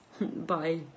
Bye